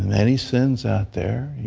and any sins out there,